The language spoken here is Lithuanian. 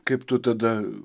kaip tu tada